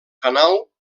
canal